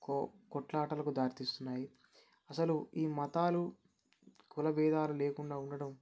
కో కొట్లాటలకు దారితీస్తున్నాయి అసలు ఈ మతాలు కుల భేదాలు లేకుండా ఉండటం